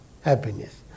happiness